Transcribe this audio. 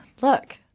look